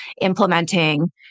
implementing